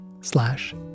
slash